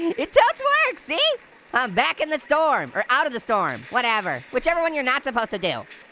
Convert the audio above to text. it totes works, see? i'm back in the storm, or outta the storm, whatever. whichever one you're not supposed to do.